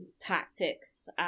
tactics